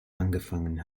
angefangen